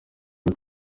ari